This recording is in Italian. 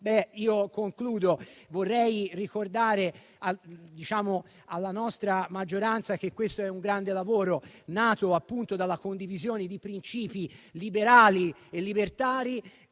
In conclusione, vorrei ricordare alla nostra maggioranza che questo è un grande lavoro, nato appunto dalla condivisione di principi liberali e libertari,